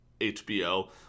HBO